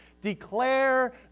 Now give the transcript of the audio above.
declare